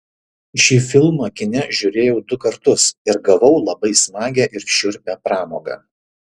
šį filmą kine žiūrėjau du kartus ir gavau labai smagią ir šiurpią pramogą